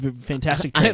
fantastic